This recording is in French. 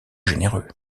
généreux